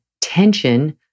tension